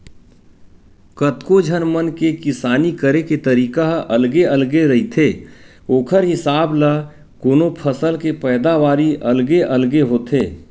कतको झन मन के किसानी करे के तरीका ह अलगे अलगे रहिथे ओखर हिसाब ल कोनो फसल के पैदावारी अलगे अलगे होथे